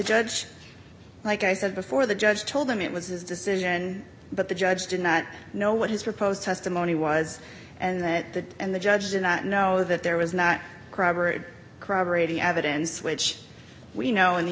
judge like i said before the judge told him it was his decision but the judge did not know what his proposed testimony was and that the and the judge did not know that there was not corroborated corroborating evidence which we know in the